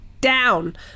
Down